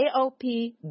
AOP